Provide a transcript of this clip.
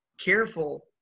careful